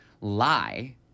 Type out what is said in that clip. lie